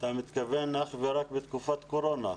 אתה מתכוון אך ורק בתקופת קורונה.